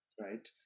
right